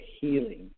healing